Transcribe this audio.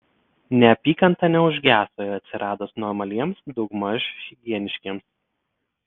neapykanta neužgeso ir atsiradus normaliems daugmaž higieniškiems